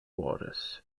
waters